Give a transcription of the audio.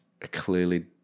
clearly